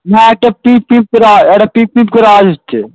না একটা পিপ পিপ করে আও একটা পিপ পিপ করে আওয়াজ হচ্ছে